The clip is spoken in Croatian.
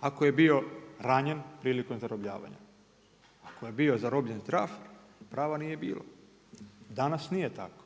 ako je bio ranjen prilikom zarobljavanja, ako je bio zarobljen zdrav, prava nije bilo. Danas nije tako.